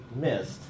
missed